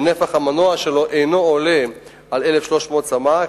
ונפח המנוע שלו אינו עולה על 1,300 סמ"ק